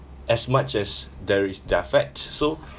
as much as there is their facts so